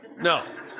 No